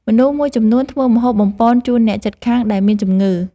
មនុស្សមួយចំនួនធ្វើម្ហូបបំប៉នជូនអ្នកជិតខាងដែលមានជំងឺ។